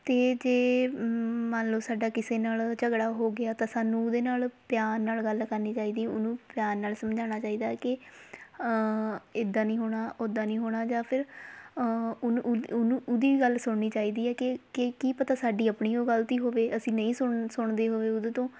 ਅਤੇ ਜੇ ਮੰਨ ਲਓ ਸਾਡਾ ਕਿਸੇ ਨਾਲ ਝਗੜਾ ਹੋ ਗਿਆ ਤਾਂ ਸਾਨੂੰ ਉਹਦੇ ਨਾਲ ਪਿਆਰ ਨਾਲ ਗੱਲ ਕਰਨੀ ਚਾਹੀਦੀ ਉਹਨੂੰ ਪਿਆਰ ਨਾਲ ਸਮਝਾਉਣਾ ਚਾਹੀਦਾ ਕਿ ਇੱਦਾਂ ਨਹੀਂ ਹੋਣਾ ਓਦਾਂ ਨਹੀਂ ਹੋਣਾ ਜਾਂ ਫਿਰ ਉਹਨੂੰ ਉਹਦੀ ਗੱਲ ਸੁਣਨੀ ਚਾਹੀਦੀ ਹੈ ਕਿ ਕੀ ਪਤਾ ਸਾਡੀ ਆਪਣੀ ਉਹ ਗਲਤੀ ਹੋਵੇ ਅਸੀਂ ਨਹੀਂ ਸੁਣ ਸੁਣਦੇ ਹੋਵੈ ਉਹਦੇ ਤੋਂ